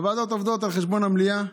הוועדות עובדות על חשבון המליאה.